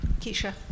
Keisha